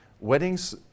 weddings